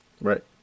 Right